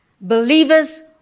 believers